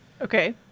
Okay